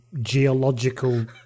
geological